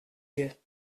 yeux